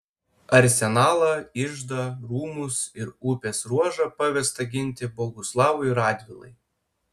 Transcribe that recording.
arsenalą iždą rūmus ir upės ruožą pavesta ginti boguslavui radvilai